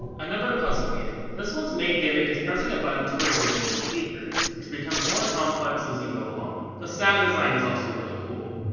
another puzzle game. this one's main gimmick is pressing a button to reveal hidden secrets, which becomes more complex as you go along. the sound design is really cool.